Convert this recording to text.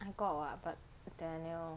I got [what] but daniel